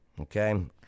Okay